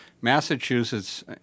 Massachusetts